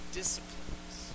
disciplines